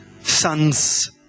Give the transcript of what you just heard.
sons